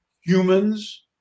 humans